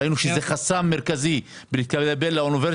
ראינו שזה חסם מרכזי להתקבל לאוניברסיטה.